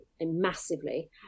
massively